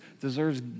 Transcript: deserves